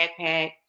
backpack